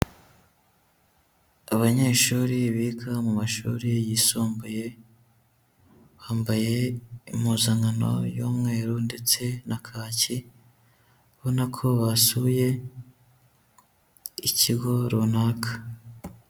Abanyeshuri biga mu mashuri yisumbuye, bambaye impuzankano y'umweru ndetse na kacyi, ubona ko basuye ikigo runaka.